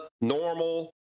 normal